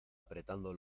apretando